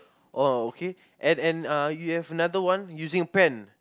oh okay and and uh you have another one using pen